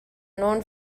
known